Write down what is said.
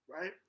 right